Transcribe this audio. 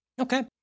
Okay